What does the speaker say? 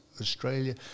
Australia